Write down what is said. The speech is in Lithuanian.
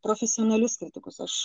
profesionalius kritikus aš